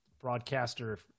broadcaster